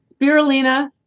Spirulina